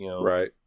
Right